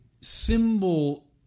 symbol